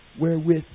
wherewith